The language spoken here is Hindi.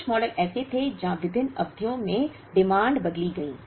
कुछ मॉडल ऐसे थे जहां विभिन्न अवधियों में मांगें बदल गईं